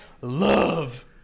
love